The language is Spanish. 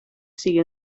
sigue